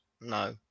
No